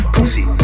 Pussy